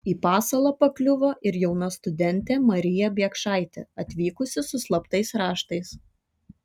į pasalą pakliuvo ir jauna studentė marija biekšaitė atvykusi su slaptais raštais